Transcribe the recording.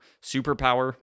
superpower